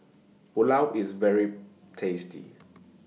Pulao IS very tasty